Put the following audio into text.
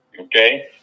okay